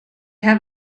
have